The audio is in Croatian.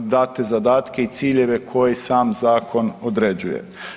date zadatke i ciljeve koje sam zakon određuje.